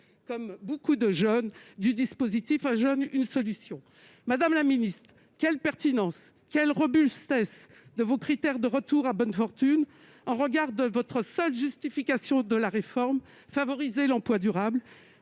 comme beaucoup de jeunes du dispositif « 1 jeune, 1 solution »? Madame la ministre, quelles sont la pertinence et la robustesse de vos critères de retour à bonne fortune, au regard de la seule justification de la réforme de favoriser l'emploi durable,